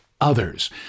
Others